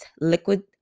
liquid